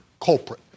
culprit